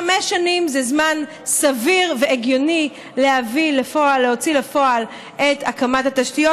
חמש שנים זה זמן סביר והגיוני להוציא לפועל את הקמת התשתיות,